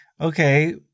okay